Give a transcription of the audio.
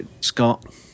Scott